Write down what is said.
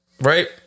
Right